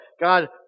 God